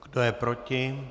Kdo je proti?